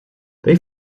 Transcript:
they